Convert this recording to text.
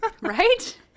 Right